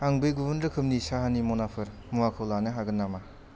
आं बे गुबुन रोखोमनि साहानि मनाफोर मुवाखौ लानो हागोन नामा